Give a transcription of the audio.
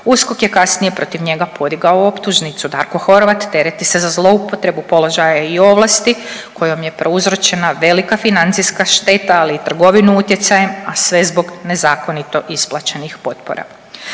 USKOK je kasnije protiv njega podigao optužnicu, Darko Horvat tereti se za zloupotrebu položaja i ovlasti kojom je prouzročena velika financijska šteta, ali i trgovinu utjecajem, a sve zbog nezakonito isplaćenih potpora.